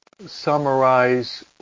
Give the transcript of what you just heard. summarize